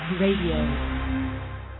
radio